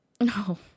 No